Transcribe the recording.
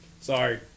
Sorry